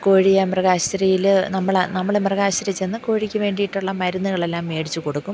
കോഴിയെ മൃഗാശുപത്രിയിൽ നമ്മൾ നമ്മളെ മൃഗാശുപത്രി ചെന്നു കോഴിക്ക് വേണ്ടിയിട്ടുള്ള മരുന്നുകളെല്ലാം മേടിച്ചു കൊടുക്കും